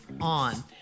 on